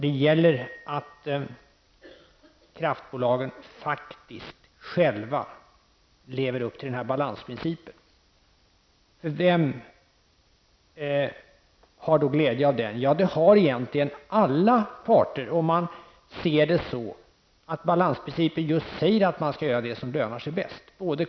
Det gäller att kraftbolagen själva lever upp till balansprincipen. Vem har då glädje av den? Jo, det har egentligen alla parter, eftersom balansprincipen innebär att man skall göra det som lönar sig bäst.